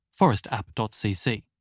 forestapp.cc